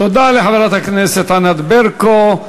תודה לחברת הכנסת ענת ברקו.